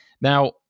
Now